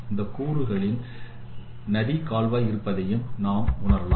இந்த கூறுகளில் நதி கால்வாய் இருப்பதையும் நாம் உணரலாம்